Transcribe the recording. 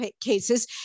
cases